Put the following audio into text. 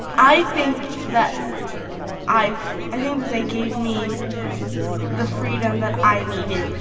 i think that i've i think that they gave me the freedom that i needed.